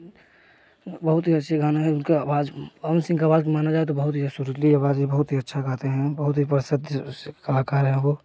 बहुत ही ऐसे गाना है उनका आवाज़ पवन सिंह का आवाज़ माना जाए तो बहुत ही सुरीली आवाज़ है बहुत ही अच्छा गाते हैं बहुत ही प्रसिद्ध कलाकार हैं वह